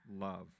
love